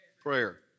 Prayer